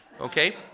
okay